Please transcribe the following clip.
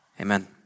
Amen